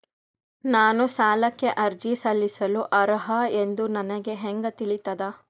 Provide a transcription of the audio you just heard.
ನಾನು ಸಾಲಕ್ಕೆ ಅರ್ಜಿ ಸಲ್ಲಿಸಲು ಅರ್ಹ ಎಂದು ನನಗೆ ಹೆಂಗ್ ತಿಳಿತದ?